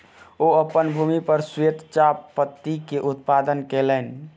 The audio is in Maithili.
ओ अपन भूमि पर श्वेत चाह पत्ती के उत्पादन कयलैन